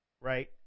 right